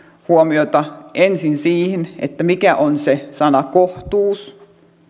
huomiota ensin siihen mikä on se sana kohtuus